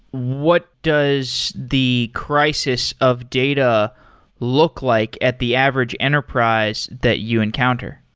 what does the crisis of data look like at the average enterprise that you encounter?